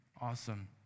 Awesome